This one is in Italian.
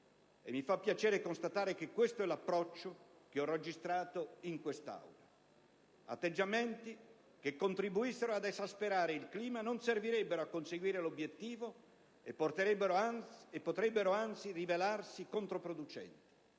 mi fa piacere constatare che questo è l'approccio che ho registrato in quest'Aula. Atteggiamenti che contribuissero ad esasperare il clima non servirebbero a conseguire l'obiettivo e potrebbero anzi rivelarsi controproducenti: